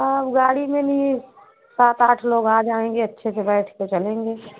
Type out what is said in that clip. गाड़ी में निये सात आठ लोग आ जाएँगे अच्छे से बैठ के चलेंगे